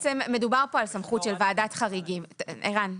מדובר פה על סמכות של ועדת חריגים, ערן.